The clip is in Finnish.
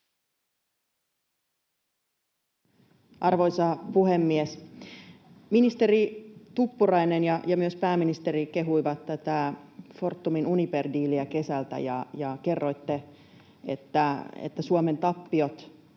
Arvoisa puhemies! Ministeri Tuppurainen ja myös pääministeri kehuivat tätä Fortumin Uniper-diiliä kesältä, ja kerroitte, että Suomen tappiot